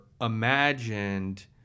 imagined